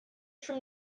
from